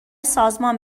سازمان